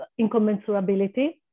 incommensurability